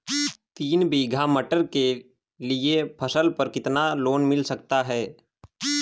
तीन बीघा मटर के लिए फसल पर कितना लोन मिल सकता है?